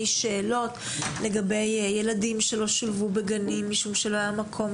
שאלות לגבי ילדים שלא שולבו בגנים משום שלא היה מקום,